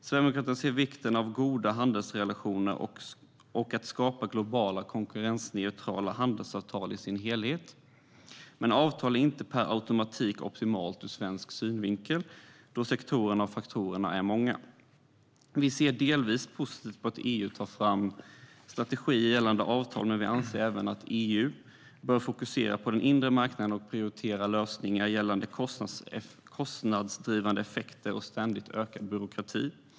Sverigedemokraterna ser vikten av goda handelsrelationer och att skapa globala konkurrensneutrala handelsavtal i sin helhet, men ett avtal är inte per automatik optimalt ur svensk synvinkel då sektorerna och faktorerna är många. Vi ser delvis positivt på att EU tar fram strategier gällande avtal, men vi anser även att EU bör fokusera på den inre marknaden och prioritera lösningar gällande kostnadsdrivande effekter och ständigt ökad byråkrati.